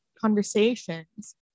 conversations